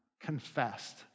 confessed